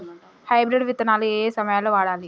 Hybrid విత్తనాలు ఏయే సమయాల్లో వాడాలి?